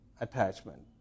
attachment